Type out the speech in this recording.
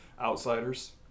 Outsiders